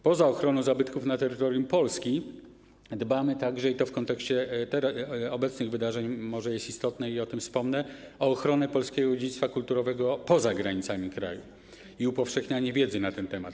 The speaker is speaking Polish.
Poza dbaniem o ochronę zabytków na terytorium Polski dbamy także, i to w kontekście obecnych wydarzeń może jest istotne i o tym wspomnę, o ochronę polskiego dziedzictwa kulturowego poza granicami kraju i upowszechnianie wiedzy na ten temat.